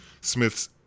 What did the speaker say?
Smith's